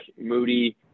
Moody